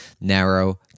narrow